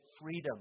freedom